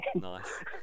Nice